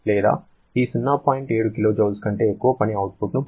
7 kJ కంటే ఎక్కువ పని అవుట్పుట్ను పొందలేరు